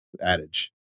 adage